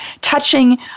touching